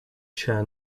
chair